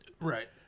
Right